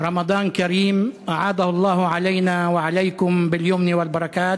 (אומר בערבית: בפרוס הרמדאן ברצוני לאחל לכם ולבני עמנו